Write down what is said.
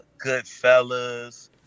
Goodfellas